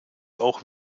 auch